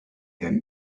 than